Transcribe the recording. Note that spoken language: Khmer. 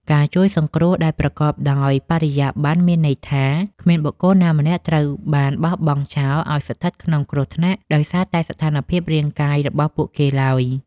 ការជួយសង្គ្រោះដែលប្រកបដោយបរិយាបន្នមានន័យថា គ្មានបុគ្គលណាម្នាក់ត្រូវបានបោះបង់ចោលឱ្យស្ថិតក្នុងគ្រោះថ្នាក់ដោយសារតែស្ថានភាពរាងកាយរបស់គេឡើយ។